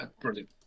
Brilliant